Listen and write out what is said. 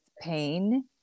pain